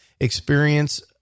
experience